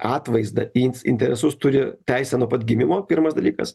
atvaizdą į interesus turi teisę nuo pat gimimo pirmas dalykas